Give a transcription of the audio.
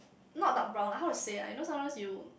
not dark brown lah how to say lah you know sometimes you